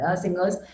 singers